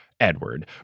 Edward